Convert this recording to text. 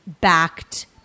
backed